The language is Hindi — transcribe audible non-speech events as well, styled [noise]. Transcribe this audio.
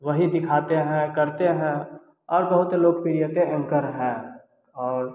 वही दिखाते हैं करते हैं और बहुत लोग [unintelligible] एंकर हैं और